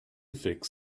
fix